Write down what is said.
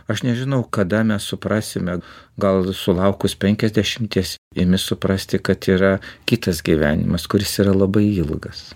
aš nežinau kada mes suprasime gal sulaukus penkiasdešimties imi suprasti kad yra kitas gyvenimas kuris yra labai ilgas